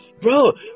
Bro